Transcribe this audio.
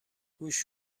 گوش